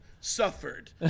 suffered